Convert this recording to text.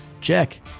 Check